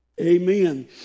Amen